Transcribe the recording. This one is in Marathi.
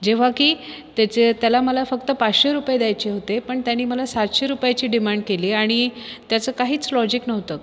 जेव्हा की त्याचे त्याला मला फक्त पाचशे रुपये द्यायचे होते पण त्याने मला सातशे रुपयाची डिमांड केली आणि त्याचं काहीच लॉजिक नव्हतं